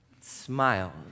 Smile